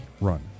run